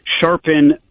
sharpen